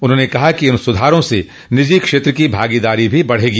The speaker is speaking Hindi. उन्होंने कहा कि इन सुधारों से निजी क्षेत्र की भागीदारी भी बढ़ेगी